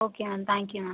okay ma'am thank you ma'am